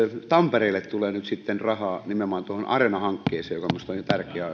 tampereelle tulee nyt sitten rahaa nimenomaan tuohon areenahankkeeseen joka minusta on hyvin tärkeä